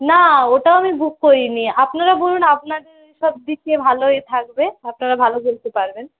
না ওটা আমি বুক করিনি আপনারা বলুন আপনাদের ওইসব দিকে ভালো ইয়ে থাকবে আপনারা ভালো বলতে পারবেন